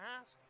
ask